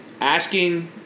asking